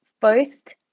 first